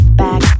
back